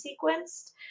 sequenced